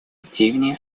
активнее